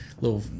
little